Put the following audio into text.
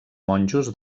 monjos